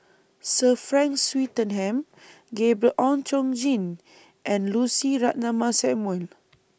Sir Frank Swettenham Gabriel Oon Chong Jin and Lucy Ratnammah Samuel